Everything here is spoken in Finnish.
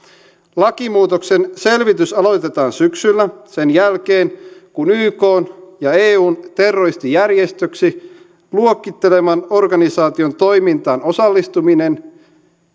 lakimuutoksen selvitys aloitetaan syksyllä sen jälkeen kun ykn ja eun terroristijärjestöksi luokitteleman organisaation toimintaan osallistuminen